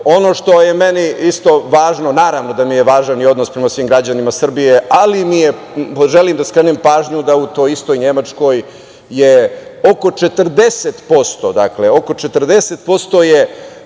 što je meni važno, naravno da mi je važan i odnos prema svim građanima Srbije, ali želim da skrenem pažnju da u toj istoj Nemačkoj je oko 40% Bošnjaka sa